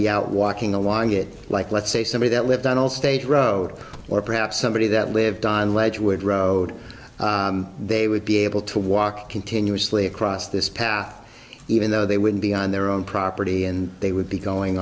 be out walking along it like let's say somebody that lived on a state road or perhaps somebody that lived on the ledge would road they would be able to walk continuously across this path even though they would be on their own property and they would be going